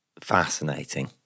fascinating